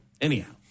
Anyhow